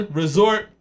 resort